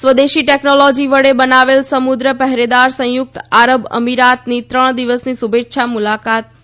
સ્વદેશી ટેકનોલોજી વડે બનાવેલ સમુદ્ર પેહેરેદાર સંયુક્ત આરબ અમિરાતની ત્રણ દિવસની શુભેચ્છા મુલાકાતે ગયું છે